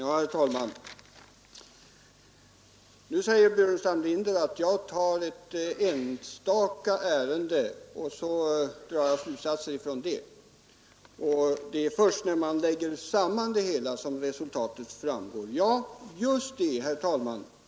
Herr talman! Herr Burenstam Linder sade att jag tar ett enstaka ärende och drar slutsatser av det, men att det är först när man lägger samman det hela som resultatet framgår. Ja, just det!